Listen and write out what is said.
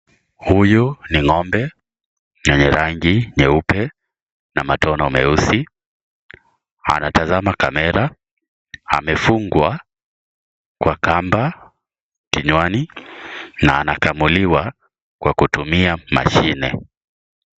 Huyu ni ng'ombe mwenye yangi nyeupe na matono meusi .Anatazama kamera. amefungwa kwa kamba kinwani na anakamuliwa kwa kutumia mashine.